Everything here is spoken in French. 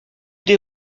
des